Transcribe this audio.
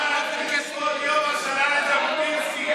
לכבוד יום השנה לז'בוטינסקי.